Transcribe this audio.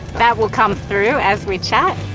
that will come through as we chat.